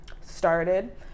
started